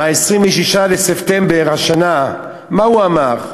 ב-26 בספטמבר השנה, מה שהוא אמר: